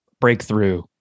breakthrough